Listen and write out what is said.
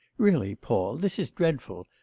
really, paul, this is dreadful.